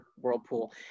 whirlpool